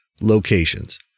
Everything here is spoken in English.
locations